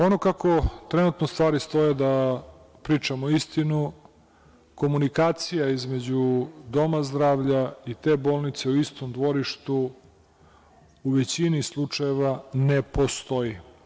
Ono kako trenutno stvari stoje da pričamo istinu, komunikacija između doma zdravlja i te bolnice u istom dvorištu, u većini slučajeva, ne postoji.